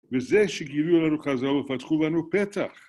וזה שגילו לנו כזה ופתחו בנו פתח.